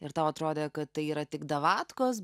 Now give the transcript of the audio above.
ir tau atrodė kad tai yra tik davatkos